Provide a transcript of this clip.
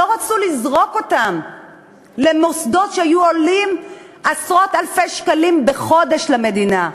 שלא רצו לזרוק אותם למוסדות שהיו עולים עשרות-אלפי שקלים בחודש למדינה,